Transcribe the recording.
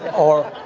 or,